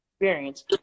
experience